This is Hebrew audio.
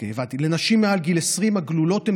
הבנתי: לנשים מעל גיל 20 הגלולות הן